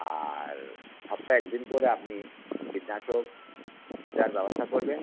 আর সপ্তাহে এক দিন করে আপনি কীটনাশক দেওয়ার ব্যবস্থা করবেন